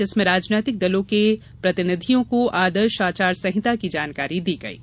जिसमें राजनीतिक दलों के प्रतिनिधियों को आदर्श आचार संहिता की जानकारी दी गई है